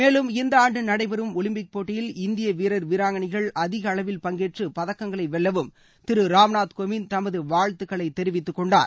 மேலும் இந்த ஆண்டு நடைபெறும் ஒலிம்பிக் போட்டியில் இந்திய வீரர் வீராங்கனைகள் அதிகளவில் பங்கேற்று பதக்கங்களை வெல்லவும் திரு ராம்நாத் கோவிந்த் தமது வாழ்த்துக்களை தெரிவித்துக் கொண்டார்